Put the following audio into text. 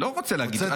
לא רוצה להגיד.